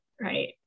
right